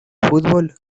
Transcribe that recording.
fútbol